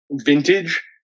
vintage